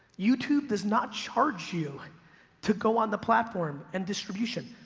youtube does not charge you to go on the platform and distribution.